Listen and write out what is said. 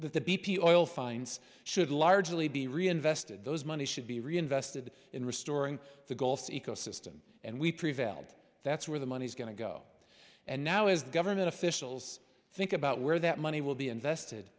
fines should largely be reinvested those monies should be reinvested in restoring the gulf ecosystem and we prevailed that's where the money's going to go and now is the government officials think about where that money will be invested